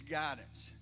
guidance